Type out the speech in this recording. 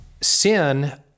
sin